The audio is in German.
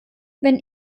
wenn